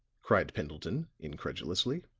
cried pendleton, incredulously.